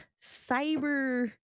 cyber